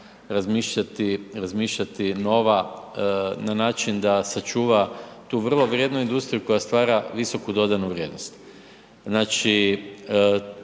razmišljati nova, na način da sačuva tu vrlo vrijednu industriju koja stvara visoku dodanu vrijednost. Znači,